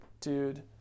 dude